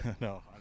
no